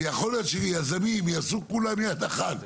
ויכול להיות שיזמים יעשו כולם יד אחת,